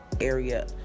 area